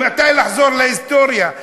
מתי לחזור להיסטוריה,